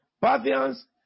Parthians